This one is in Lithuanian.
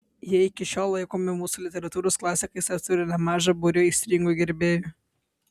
jie iki šiol laikomi mūsų literatūros klasikais ir turi nemažą būrį aistringų gerbėjų